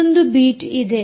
ಇನ್ನೊಂದು ಬೀಟ್ ಇದೆ